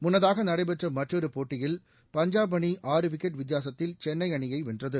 முன்னதாக நடைபெற்ற மற்றொரு போட்டியில் பஞ்சாப் அணி ஆறு விக்கெட் வித்தியாசத்தில் சென்னை அணியை வென்றது